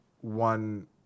one